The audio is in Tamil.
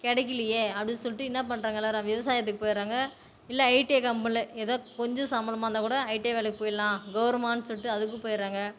கிடைக்கிலியே அப்படின்னு சொல்லிட்டு என்னா பண்ணுறாங்க எல்லோரும் விவசாயத்துக்கு போயிறாங்க இல்லை ஐடிஐ கம்பெனில் எதோ கொஞ்சம் சம்பளமாக இருந்தால் கூட ஐடிஐ வேலைக்கு போயிடலாம் கௌவ்ரமான்னு சொல்லிட்டு அதுக்கும் போயிடுறாங்க